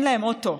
אין להם אוטו,